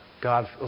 God